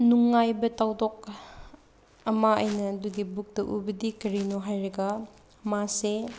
ꯅꯨꯡꯉꯥꯏꯕ ꯊꯧꯗꯣꯛ ꯑꯃ ꯑꯩꯅ ꯑꯗꯨꯒꯤ ꯕꯨꯛꯇ ꯎꯕꯗꯤ ꯀꯔꯤꯅꯣ ꯍꯥꯏꯔꯒ ꯃꯥꯁꯦ